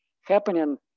happening